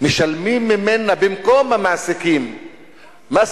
משלמים ממנה במקום מקופת המעסיקים מס